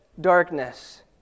darkness